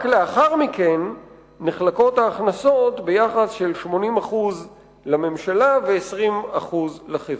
רק לאחר מכן נחלקות ההכנסות ביחס של 80% לממשלה ו-20% לחברה.